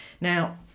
now